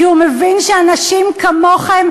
כי הוא מבין שאנשים כמוכם,